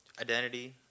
identity